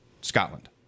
Scotland